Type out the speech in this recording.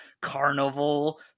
carnival